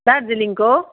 दार्जिलिङको